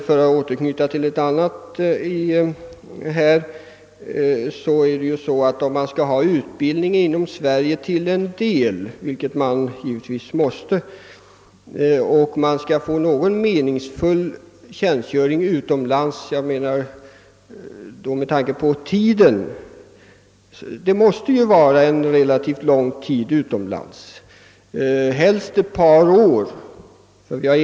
För att återknyta till något annat som sagts här, vill jag nämligen framhålla att det givetvis, åtminstone till en del, även krävs utbildning inom Sverige för att tjänstgöringen utomlands skall bli meningsfull samt att de människor som skall resa ut måste stanna i respektive land under relativt lång tid, helst ett par år, för att bli till verklig nytta.